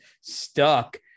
stuck